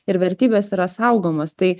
ir vertybės yra saugomos tai